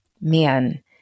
man